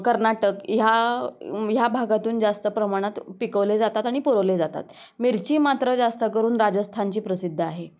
कर्नाटक ह्या ह्या भागातून जास्त प्रमाणात पिकवले जातात आणि पुरवले जातात मिरची मात्र जास्त करून राजस्थानची प्रसिद्ध आहे